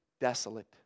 desolate